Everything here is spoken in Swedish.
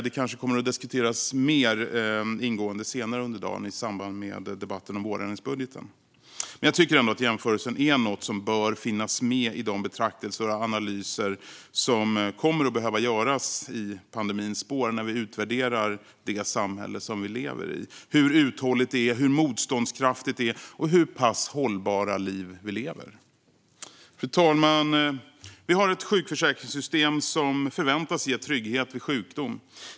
Det kanske kommer att diskuteras mer ingående senare under dagen i samband med debatten om vårändringsbudgeten. Men jag tycker att jämförelsen är något som bör finnas med i de betraktelser och analyser som kommer att behöva göras i pandemins spår när vi utvärderar det samhälle vi lever i. Det handlar om hur uthålligt det är, hur motståndskraftigt det är och hur pass hållbara liv vi lever. Fru talman! Vi har ett sjukförsäkringssystem som förväntas ge trygghet vid sjukdom.